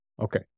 Okay